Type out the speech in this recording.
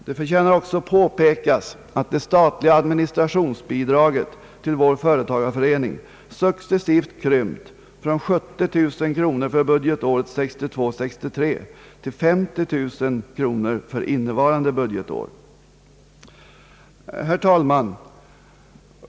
Det förtjänar också påpekas att det statliga administrationsbidraget till vår företagareförening successivt krympt från 70 000 kronor för budgetåret 1962/63 till 50 000 kronor för innevarande budgetår. Herr talman!